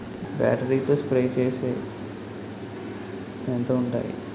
Battery తో పనిచేసే స్ప్రేలు ఎంత ఉంటాయి?